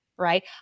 right